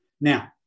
Now